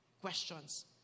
questions